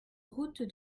route